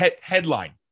Headline